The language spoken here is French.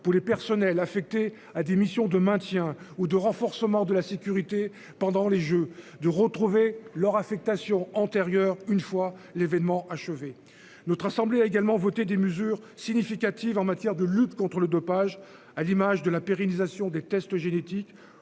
pour les personnels affectés à des missions de maintien ou de renforcement de la sécurité pendant les Jeux de retrouver leur affectation antérieurs. Une fois l'événement achever notre assemblée a également voté des mesures significatives en matière de lutte contre le dopage. À l'image de la pérennisation des tests génétiques